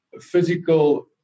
physical